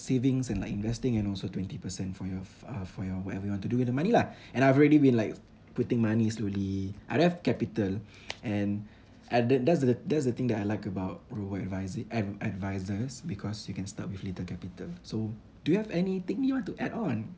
savings and like investing and also twenty percent for your uh for your whatever you want to do with the money lah and I've already been like putting money slowly I don't have capital and that the that's the thing that I like about robo advising ad~ advisors because you can start with little capital so do you have anything you want to add on